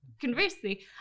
Conversely